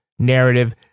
narrative